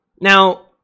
now